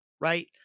right